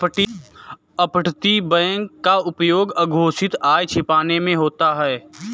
अपतटीय बैंक का उपयोग अघोषित आय छिपाने में होता है